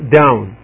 down